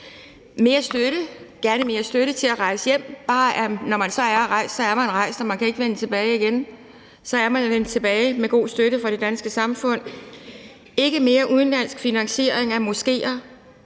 offentlige rum; mere støtte til at rejse hjem, så når man er rejst, er man rejst, og så kan man ikke vende tilbage igen – så er man vendt tilbage til hjemlandet med god støtte fra det danske samfund; ikke mere udenlandsk finansiering af moskéer.